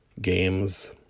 games